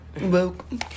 Welcome